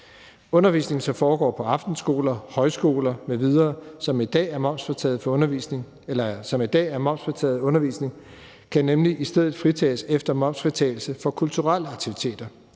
Undervisning, som foregår på aftenskoler, højskoler m.v., som i dag er momsfritaget undervisning, kan nemlig i stedet fritages efter momsfritagelse for kulturelle aktiviteter